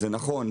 זה נכון.